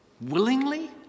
willingly